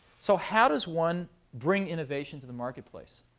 so how does one bring innovation to the marketplace?